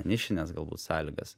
nišines galbūt sąlygas